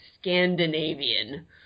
Scandinavian